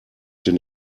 den